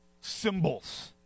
symbols